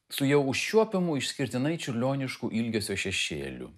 su jau užčiuopiamu išskirtinai čiurlionišku ilgesio šešėliu